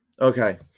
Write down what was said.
Okay